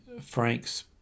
Frank's